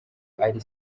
ari